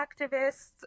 activists